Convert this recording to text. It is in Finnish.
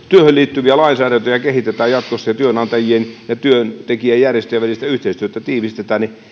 työhön liittyviä lainsäädäntöjä kehitetään jatkossa ja työnantajien ja työntekijäjärjestöjen välistä yhteistyötä tiivistetään että kun